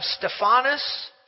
Stephanus